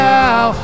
now